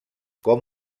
com